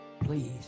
Please